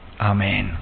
Amen